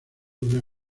una